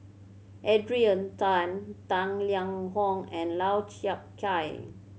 Adrian Tan Tang Liang Hong and Lau Chiap Khai